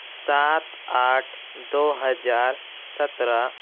سات آٹھ دو ہزار سترہ